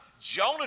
Jonah